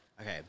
Okay